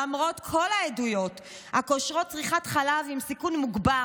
למרות כל העדויות הקושרות צריכת חלב עם סיכון מוגבר